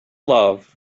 love